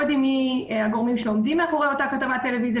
יודעים מי הגורמים שעומדים מאחורי אותה כתבת טלוויזיה.